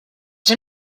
ses